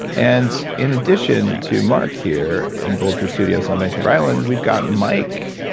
and in addition to mark here in bulletproof studios on vancouver island we've got mike.